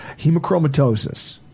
hemochromatosis